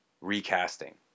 recasting